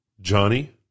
Johnny